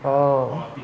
orh